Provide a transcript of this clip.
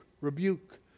rebuke